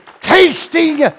tasting